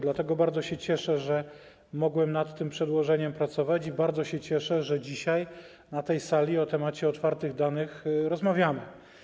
Dlatego bardzo się cieszę, że mogłem nad tym przedłożeniem pracować, i bardzo się cieszę, że dzisiaj na tej sali o temacie otwartych danych rozmawiamy.